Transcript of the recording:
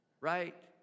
Right